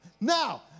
now